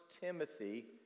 Timothy